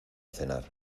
cenar